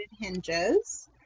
hinges